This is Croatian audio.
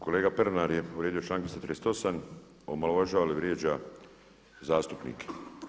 Kolega Pernar je povrijedio članak 238., omalovažava i vrijeđa zastupnike.